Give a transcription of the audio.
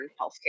healthcare